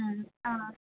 മ്മ് ആ